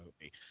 movie